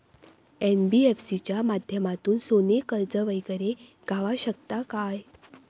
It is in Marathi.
एन.बी.एफ.सी च्या माध्यमातून सोने कर्ज वगैरे गावात शकता काय?